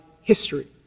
history